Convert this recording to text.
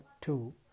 two